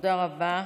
תודה רבה.